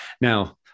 Now